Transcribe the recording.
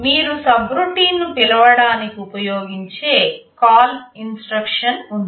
మీరు సబ్రొటీన్ ను పిలవడానికి ఉపయోగించే CALL ఇన్స్ట్రక్షన్ ఉంది